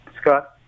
Scott